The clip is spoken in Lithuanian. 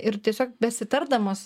ir tiesiog besitardamos